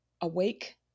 awake